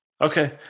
Okay